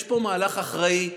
יש פה מהלך אחראי,